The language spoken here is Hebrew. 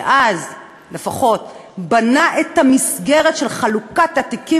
שאז לפחות בנה את המסגרת של חלוקת התיקים